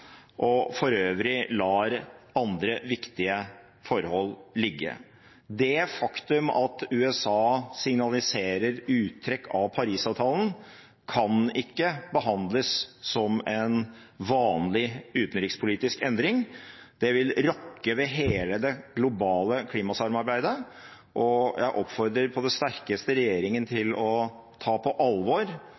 og for øvrig lar andre viktige forhold ligge. Det faktum at USA signaliserer uttrekk av Paris-avtalen, kan ikke behandles som en vanlig utenrikspolitisk endring. Det vil rokke ved hele det globale klimasamarbeidet, og jeg oppfordrer på det sterkeste regjeringen til å ta på alvor